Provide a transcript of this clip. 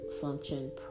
function